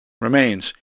remains